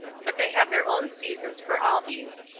but they have their own seasons for all these,